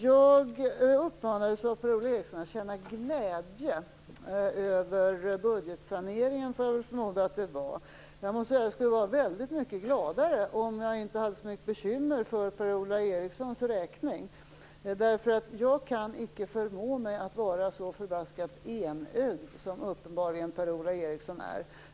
Jag uppmanades av Per-Ola Eriksson att känna glädje över budgetsaneringen - jag förmodar att det var den han menade. Men jag skulle vara väldigt mycket gladare om jag inte hade så mycket bekymmer för Per-Ola Erikssons räkning. Jag kan nämligen inte förmå mig att vara så förbaskat enögd som Per-Ola Eriksson uppenbarligen är.